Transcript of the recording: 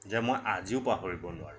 যে মই আজিও পাহৰিব নোৱাৰোঁ